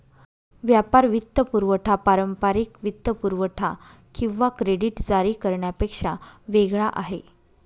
व्यापार वित्तपुरवठा पारंपारिक वित्तपुरवठा किंवा क्रेडिट जारी करण्यापेक्षा वेगळा आहे